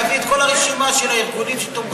תביא את כל הרשימה של הארגונים שתומכים,